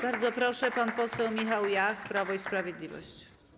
Bardzo proszę, pan poseł Michał Jach, Prawo i Sprawiedliwość.